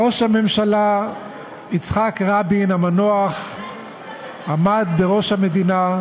ראש הממשלה יצחק רבין המנוח עמד בראש המדינה.